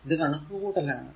ഇത് കണക്കു കൂട്ടൽ ആണ്